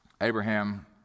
Abraham